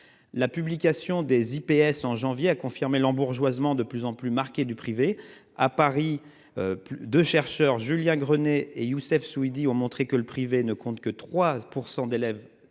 La publication des IPS en janvier a confirmé l'embourgeoisement de plus en plus marquée du privé à Paris. De chercheur Julien Grenet et Youssef Souidi ont montré que le privé ne compte que 3% d'élèves